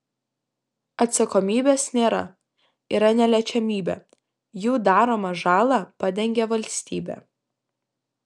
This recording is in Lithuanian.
atsakomybės nėra yra neliečiamybė jų daromą žalą padengia valstybė